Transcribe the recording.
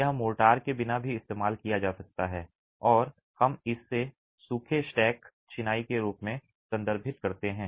यह मोर्टार के बिना भी इस्तेमाल किया जा सकता है और हम इसे सूखे स्टैक चिनाई के रूप में संदर्भित करते हैं